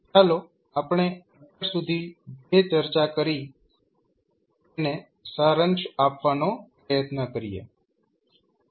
ચાલો આપણે અત્યાર સુધી જે ચર્ચા કરી છે તેનો સારાંશ આપવાનો પ્રયત્ન કરીએ